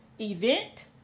event